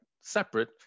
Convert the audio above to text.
separate